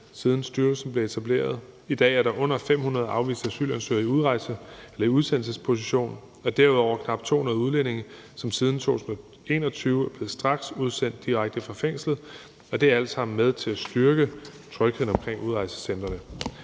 siden styrelsen blev etableret. I dag er der under 500 afviste asylansøgere i udsendelsesposition, og derudover er der knap 200 udlændinge, som siden 2021 er blevet straksudsendt direkte fra fængslet. Det er alt sammen med til at styrke trygheden omkring udrejsecentrene.